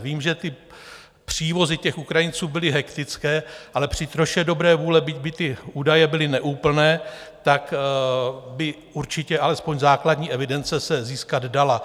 Vím, že ty přívozy Ukrajinců byly hektické, ale při troše dobré vůle, byť by ty údaje byly neúplné, by určitě alespoň základní evidence se získat dala.